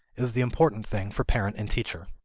is the important thing for parent and teacher.